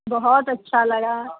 बहुत अच्छा लगा